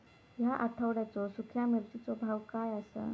या आठवड्याचो सुख्या मिर्चीचो भाव काय आसा?